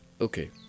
okay